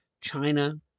China